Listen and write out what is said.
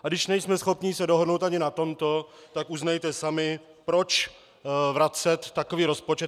A když nejsme schopni se dohodnout ani na tomto, tak uznejte sami proč vracet takový rozpočet?